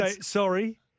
Sorry